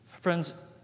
Friends